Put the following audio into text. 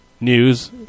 news